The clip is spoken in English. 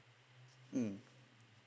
mm